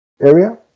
area